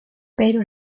pero